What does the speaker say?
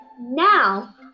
Now